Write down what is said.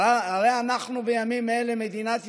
הרי בימים אלה אנחנו, מדינת ישראל,